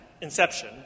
inception